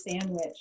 sandwich